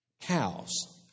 cows